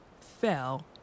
fell